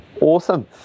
Awesome